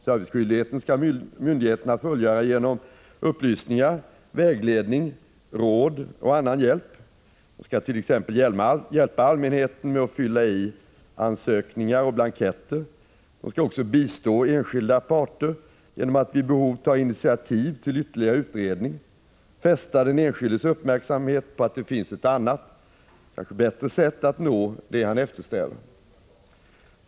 Serviceskyldigheten skall myndigheterna fullgöra genom upplysningar, vägledning, råd och annan hjälp. De skall t.ex. hjälpa allmänheten med att fylla i ansökningar och blanketter. De skall också bistå enskilda parter genom att vid behov ta initiativ till ytterligare utredning och fästa den enskildes uppmärksamhet på att det finns ett annat och kanske bättre sätt att nå det han eftersträvar.